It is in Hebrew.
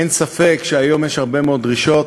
אין ספק שהיום יש הרבה מאוד דרישות,